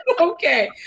Okay